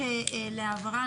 להבהרה,